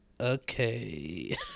okay